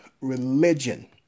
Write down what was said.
religion